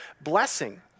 blessing